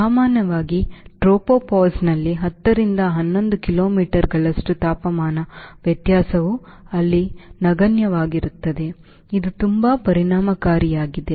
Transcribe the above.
ಸಾಮಾನ್ಯವಾಗಿ ಟ್ರೋಪೋಪಾಸ್ನಲ್ಲಿ 10 ರಿಂದ 11 ಕಿಲೋಮೀಟರ್ಗಳಷ್ಟು ತಾಪಮಾನ ವ್ಯತ್ಯಾಸವು ಅಲ್ಲಿ ನಗಣ್ಯವಾಗಿರುತ್ತದೆ ಇದು ತುಂಬಾ ಪರಿಣಾಮಕಾರಿಯಾಗಿದೆ